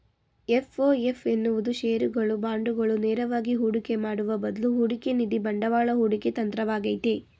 FOF ಎನ್ನುವುದು ಶೇರುಗಳು, ಬಾಂಡುಗಳು ನೇರವಾಗಿ ಹೂಡಿಕೆ ಮಾಡುವ ಬದ್ಲು ಹೂಡಿಕೆನಿಧಿ ಬಂಡವಾಳ ಹೂಡಿಕೆ ತಂತ್ರವಾಗೈತೆ